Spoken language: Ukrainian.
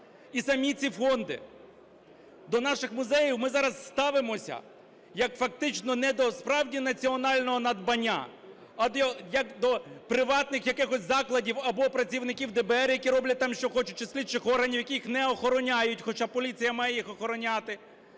і самі ці фонди. До наших музеїв ми зараз ставимося, як фактично не до справді національного надбання, а як до приватних якихось закладів або працівників ДБР, які роблять там, що хочуть, чи слідчих органів, які їх не охороняють, хоча поліція має їх охороняти,